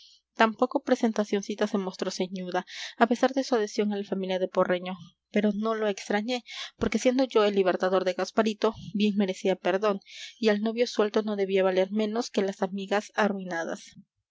tampoco presentacioncita se mostró ceñuda a pesar de su adhesión a la familia de porreño pero no lo extrañé porque siendo yo el libertador de gasparito bien merecía perdón y el novio suelto no debía valer menos que las amigas arruinadas